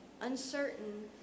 uncertain